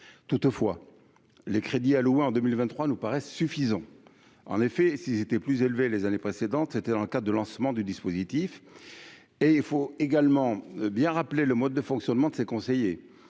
toutefois, les crédits alloués en 2023 nous paraissent suffisants en effet si était plus élevés, les années précédentes, c'était en cas de lancement du dispositif et il faut également bien rappelé le mode de fonctionnement de ses conseillers,